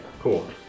cool